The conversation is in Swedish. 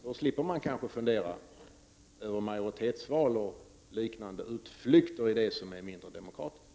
Då slipper man fundera över majoritetsval och liknande utflykter i det som är mindre demokratiskt.